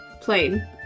plane